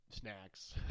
snacks